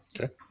Okay